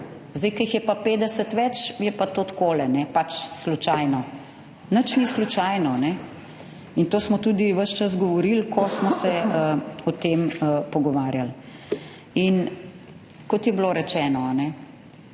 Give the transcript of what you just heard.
zdaj ko jih je pa petdeset več, je pa to tako pač slučajno, nič ni slučajno in to smo tudi ves čas govorili, ko smo se o tem pogovarjali. In kot je bilo rečeno,